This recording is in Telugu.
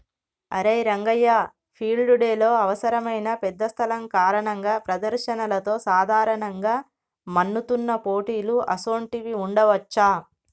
అరే రంగయ్య ఫీల్డ్ డెలో అవసరమైన పెద్ద స్థలం కారణంగా ప్రదర్శనలతో సాధారణంగా మన్నుతున్న పోటీలు అసోంటివి ఉండవచ్చా